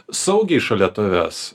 saugiai šalia tavęs